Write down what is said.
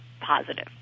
positive